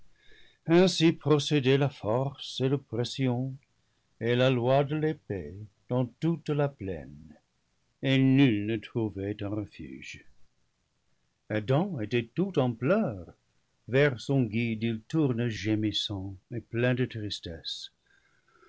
ainsi procédaient la force et l'oppression et la loi de l'épée dans toute la plaine et nul ne trouvait un refuge adam était tout en pleurs vers son guide il tourne gémissant et plein de tristesse